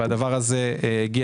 בין אם זו